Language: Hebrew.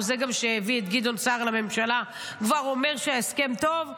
הוא גם זה שהביא את גדעון סער לממשלה כבר אומר שההסכם טוב,